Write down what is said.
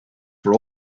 for